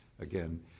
again